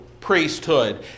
priesthood